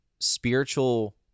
spiritual